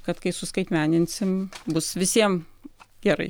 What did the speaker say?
kad kai suskaitmeninsim bus visiem gerai